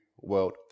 world